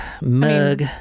mug